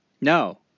No